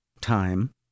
time